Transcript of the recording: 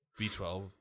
B12